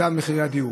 היה מחירי הדיור.